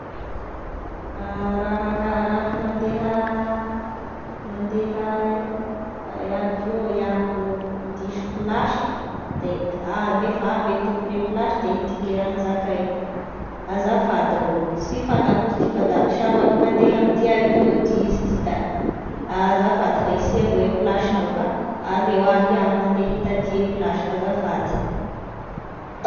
Raha hana- raha mandeha mandeha avio iaho koa diso plasy de a nefa avy e tompone plasy da itiky e raha zakaiko: azafady rô sy fantako izy ty fa de sambako nande amty avio ity izy ty da azafady fa isia avao e plasinao fa aleo ah iaho gn'ande hitadia e plasiko azafady.